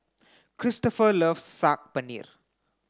Cristofer loves Saag Paneer